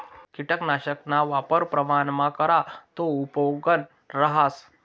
किटकनाशकना वापर प्रमाणमा करा ते उपेगनं रहास